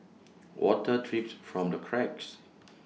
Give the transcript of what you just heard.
water drips from the cracks